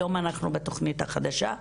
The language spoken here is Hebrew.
היום אנחנו בתוכנית החדשה.